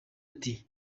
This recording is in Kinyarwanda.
ati